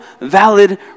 valid